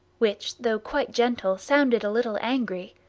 which, though quite gentle, sounded a little angry,